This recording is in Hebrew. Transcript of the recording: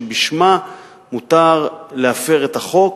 שבשמה מותר להפר את החוק.